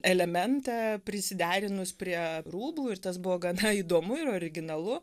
elementą prisiderinus prie rūbų ir tas buvo gana įdomu ir originalu